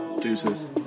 deuces